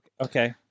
Okay